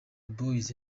boy